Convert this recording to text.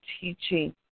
teaching